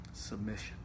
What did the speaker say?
Submission